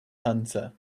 hunter